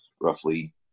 roughly